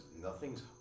nothing's